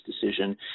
decision